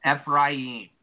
Ephraim